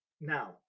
now